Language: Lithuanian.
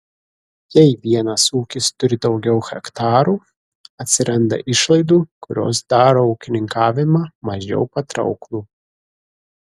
jei vienas ūkis turi daugiau hektarų atsiranda išlaidų kurios daro ūkininkavimą mažiau patrauklų